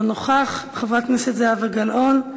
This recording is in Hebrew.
אינו נוכח, חברת הכנסת זהבה גלאון,